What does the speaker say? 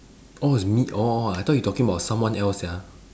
orh it's me orh I thought you talking about someone else sia